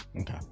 Okay